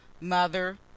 mother